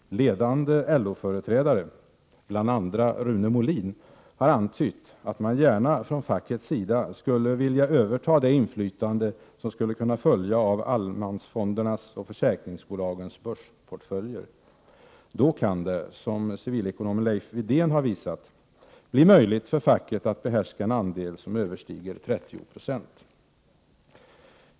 Ledande LO-företrädare, bl.a. Rune Molin, har antytt att man från fackets sida gärna skulle vilja överta det inflytande som skulle kunna följa av allemansfondernas och försäkringsbolagens börsportföljer. Då kan det, som civilekonomen Leif Widén har visat, bli möjligt för facket att behärska en andel som överstiger 30 9.